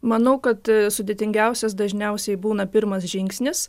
manau kad sudėtingiausias dažniausiai būna pirmas žingsnis